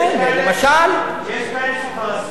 יש כאלה שכבר אסרו.